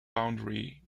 boundary